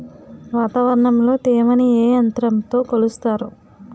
వాతావరణంలో తేమని ఏ యంత్రంతో కొలుస్తారు?